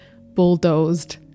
bulldozed